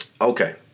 Okay